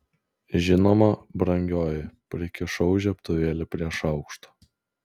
žinoma brangioji prikišau žiebtuvėlį prie šaukšto